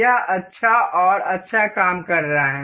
यह अच्छा और अच्छा काम कर रहा है